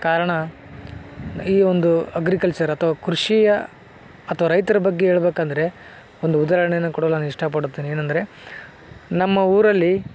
ಕಾರಣ ಈ ಒಂದು ಅಗ್ರಿಕಲ್ಚರ್ ಅಥವಾ ಕೃಷಿಯ ಅಥವಾ ರೈತರ ಬಗ್ಗೆ ಹೇಳ್ಬೇಕಂದ್ರೆ ಒಂದು ಉದಾಹರಣೆ ಕೊಡಲು ನಾನು ಇಷ್ಟಪಡ್ತೇನೆ ಏನೆಂದ್ರೆ ನಮ್ಮ ಊರಲ್ಲಿ